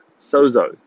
Sozo